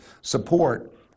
support